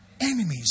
enemies